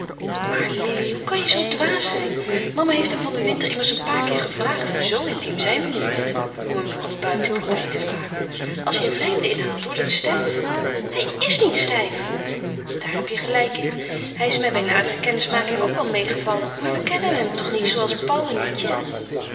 maar lili hoe kan je zoo dwaas zijn mama heeft hem van den winter immers een paar keer gevraagd en zoo intiem zijn we niet met hem om hem voor een buitenpartij te vragen als je er vreemden inhaalt wordt het stijf hij is niets stijf daar heb je gelijk in hij is mij bij nadere kennismaking ook wel meêgevallen maar we kennen hem toch niet zooals